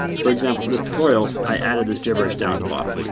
for example, for this tutorial, i added this gibberish down at the bottom.